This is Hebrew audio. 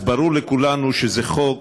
אז ברור לכולנו שזה חוק,